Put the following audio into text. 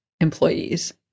employees